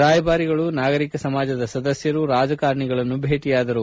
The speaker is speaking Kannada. ರಾಯಭಾರಿಗಳು ನಾಗರಿಕ ಸಮಾಜದ ಸದಸ್ವರು ರಾಜಕಾರಣಿಗಳನ್ನು ಭೇಟಿಯಾದರು